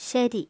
ശരി